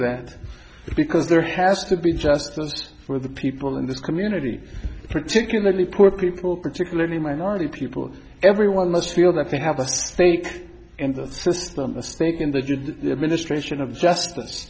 that because there has to be just for the people in this community particularly poor people particularly minority people everyone must feel that they have a stake in the system a stake in the just the administration of justice